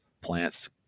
plants